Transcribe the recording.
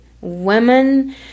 Women